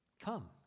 Come